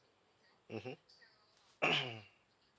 mmhmm